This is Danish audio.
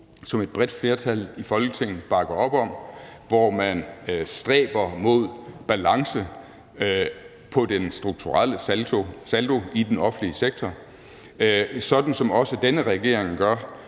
som et bredt flertal i Folketinget bakker op om, hvor man stræber mod balance i den strukturelle saldo i den offentlige sektor, sådan som også denne regering gør.